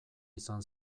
izan